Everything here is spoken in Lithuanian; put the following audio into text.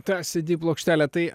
tą cd plokštelę tai